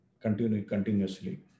continuously